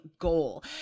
goal